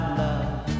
love